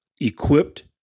equipped